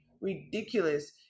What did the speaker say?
ridiculous